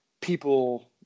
people